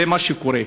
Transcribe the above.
זה מה שקורה.